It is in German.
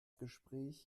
gespräch